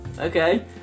Okay